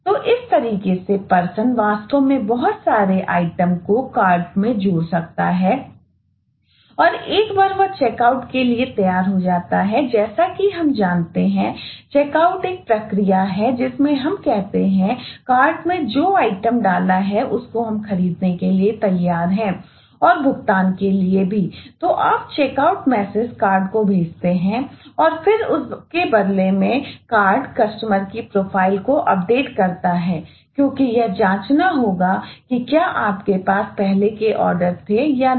तो इस तरीके से पर्सन करता है क्योंकि यह जांचना होता है कि क्या आपके पास पहले के आर्डर थे या नहीं